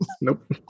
Nope